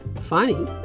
Funny